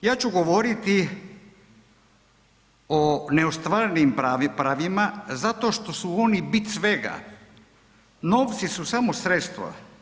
Ja ću govoriti o neostvarenim pravima zato što su oni bit svega, novci su samo sredstvo.